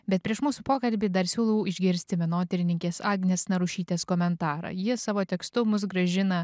bet prieš mūsų pokalbį dar siūlau išgirsti menotyrininkės agnės narušytės komentarą ji savo tekstu mus grąžina